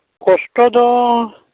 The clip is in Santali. ᱠᱚᱥᱴᱚ ᱫᱚᱻ